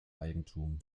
eigentum